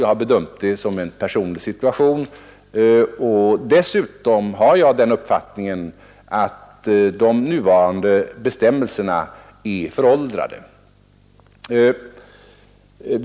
Jag har bedömt det som en personlig situation, och dessutom har jag den uppfattningen att de nuvarande bestämmelserna är föråldrade.